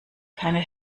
keine